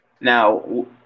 now